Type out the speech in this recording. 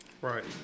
Right